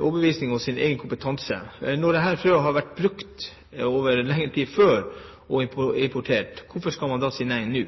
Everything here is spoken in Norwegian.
overbevisning og sin egen kompetanse? Når dette frøet tidligere har vært importert og brukt over lengre tid, hvorfor skal man da si nei